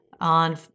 On